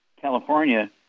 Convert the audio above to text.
California